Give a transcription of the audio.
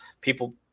people